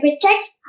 protect